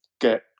get